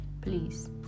Please